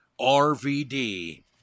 RVD